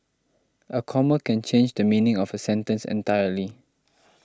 a comma can change the meaning of a sentence entirely